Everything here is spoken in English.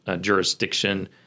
jurisdiction